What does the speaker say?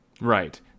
Right